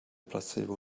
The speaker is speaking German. placebo